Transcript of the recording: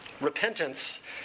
Repentance